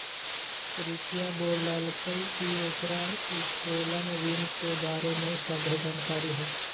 प्रीतिया बोललकई कि ओकरा उत्तोलन ऋण के बारे में सभ्भे जानकारी हई